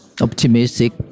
optimistic